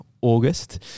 August